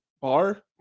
bar